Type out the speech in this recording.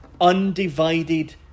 undivided